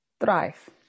thrive